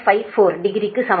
54 டிகிரிக்கு சமம்